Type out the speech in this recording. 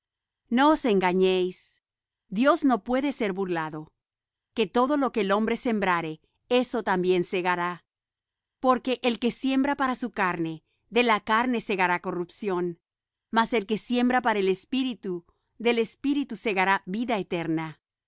no os engañeis dios no puede ser burlado que todo lo que el hombre sembrare eso también segará porque el que siembra para su carne de la carne segará corrupción mas el que siembra para el espíritu del espíritu segará vida eterna